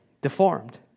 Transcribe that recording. deformed